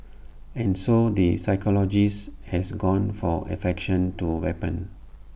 and so the psychologist has gone for affectation to weapon